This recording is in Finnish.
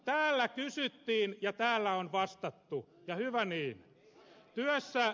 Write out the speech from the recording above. täällä kysyttiin ja täällä on vastattu ja hyvä niin